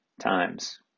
times